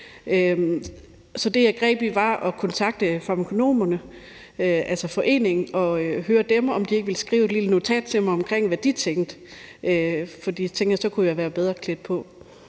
Så det, jeg greb til, var at kontakte Farmakonomforeningen og høre dem, om de ville skrive lille notat til mig omkring, hvad de tænkte, for så tænkte jeg, at jeg kunne være bedre klædt på,